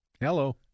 Hello